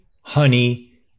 honey